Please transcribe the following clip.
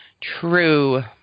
True